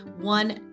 one